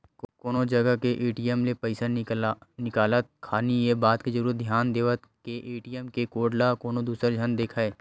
कोनो जगा के ए.टी.एम ले पइसा निकालत खानी ये बात के जरुर धियान देवय के ए.टी.एम के कोड ल कोनो दूसर झन देखय